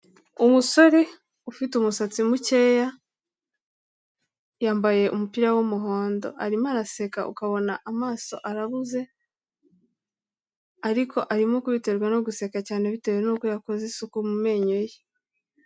Umusore ufite umusatsi mukeya, yambaye umupira w'umuhondo, arimo araseka ukabona amaso arabuze ariko arimo kubiterwa no guseka cyane bitewe nuko yakoze isuku mu menyo ye.